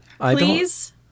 Please